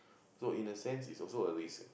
so in a sense it's also a risk